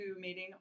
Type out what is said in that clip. meeting